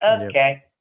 Okay